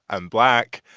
i'm black,